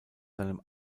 seinem